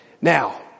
Now